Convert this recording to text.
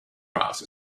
craft